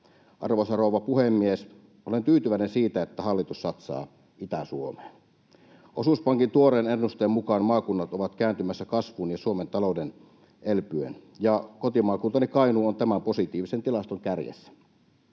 Arvoisa rouva puhemies! Olen tyytyväinen siitä, että hallitus satsaa Itä-Suomeen. Osuuspankin tuoreen ennusteen mukaan maakunnat ovat kääntymässä kasvuun ja Suomen talous elpyy. Kotimaakuntani Kainuu on tämän positiivisen tilaston kärjessä.